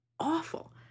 awful